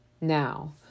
Now